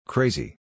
Crazy